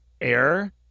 air